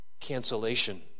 cancellation